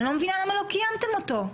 אני לא מבינה למה לא קיימתם אותו.